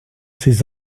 ces